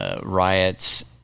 riots